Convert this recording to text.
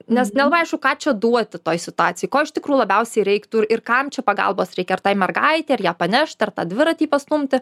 nes nelabai aišku ką čia duoti toj situacijoj ko iš tikrųjų labiausiai reiktų ir ir kam čia pagalbos reikia ar tai mergaitei ar ją panešt ar tą dviratį pastumti